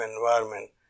environment